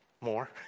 More